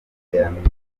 iterambere